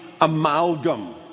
amalgam